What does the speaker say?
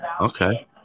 Okay